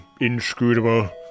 inscrutable